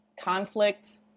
conflict